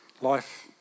Life